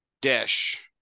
dish